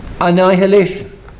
annihilation